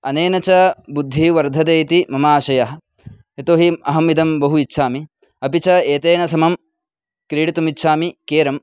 अनेन च बुद्धिः वर्धते इति मम आशयः यतो हि अहम् इदं बहु इच्छामि अपि च एतेन समं क्रीडितुम् इच्छामि केरं